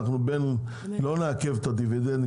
אנחנו לא נעכב את הדיוידנד,